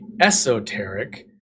esoteric